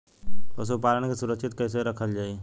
पशुपालन के सुरक्षित कैसे रखल जाई?